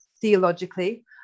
theologically